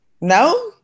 No